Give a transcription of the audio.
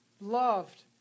loved